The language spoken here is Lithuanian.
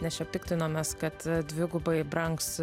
nes čia piktinomės kad dvigubai brangs